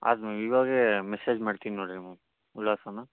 ಆಯ್ತು ಮ್ಯಾಮ್ ಇವಾಗೇ ಮೆಸೇಜ್ ಮಾಡ್ತಿನಿ ನೋಡಿರಿ ಮ್ಯಾಮ್ ವಿಳಾಸನ